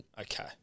Okay